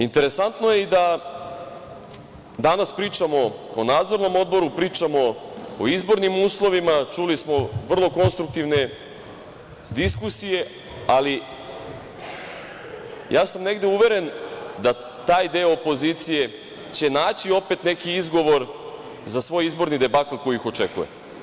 Interesantno je i da danas pričamo o Nadzornom odboru, pričamo o izbornim uslovima, čuli smo vrlo konstruktivne diskusije, ali negde sam uveren da taj deo opozicije će naći opet neki izgovor za svoj izborni debakl koji ih očekuje.